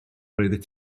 roeddet